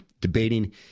debating